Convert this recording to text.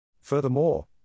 Furthermore